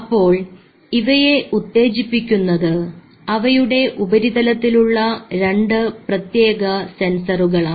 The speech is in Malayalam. അപ്പോൾ ഇവയെ ഉത്തേജിപ്പിക്കുന്നത് അവയുടെ ഉപരിതലത്തിലുള്ള രണ്ട് പ്രത്യേക സെൻസറുകളാണ്